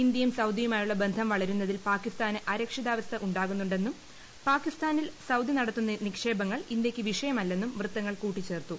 ഇന്ത്യയും സൌദിയുമായുളള ബന്ധം വൃള്ളുന്നതിൽ പാകിസ്ഥാന് അരക്ഷിതാവസ്ഥ ഉണ്ടാകുന്നുണ്ടെന്നും പാകിസ്ഥാനിൽ സൌദി നടത്തുന്ന നിക്ഷേപങ്ങൾ ഇന്ത്യയ്ക്ക് വിഷയമല്ലെന്നും വൃത്തങ്ങൾ കൂട്ടിച്ചേർത്തു